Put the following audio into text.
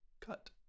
cut